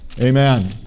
Amen